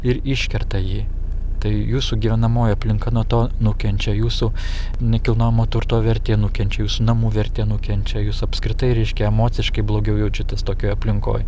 ir iškerta jį tai jūsų gyvenamoji aplinka nuo to nukenčia jūsų nekilnojamo turto vertė nukenčia jūsų namų vertė nukenčia jūs apskritai reiškia emociškai blogiau jaučiatės tokioj aplinkoj